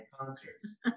concerts